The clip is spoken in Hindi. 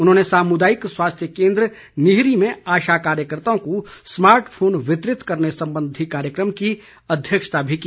उन्होंने सामुदायिक स्वास्थ्य केन्द्र निहरी में आशा कार्यकर्ताओं को स्मार्ट फोन वितरित करने संबंधी कार्यक्रम की अध्यक्षता भी की